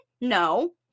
No